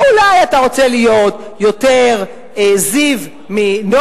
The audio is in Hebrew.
או אולי אתה רוצה להיות יותר זיו מנגה,